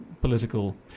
political